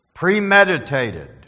Premeditated